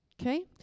okay